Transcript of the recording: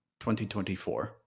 2024